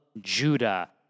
Judah